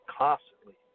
constantly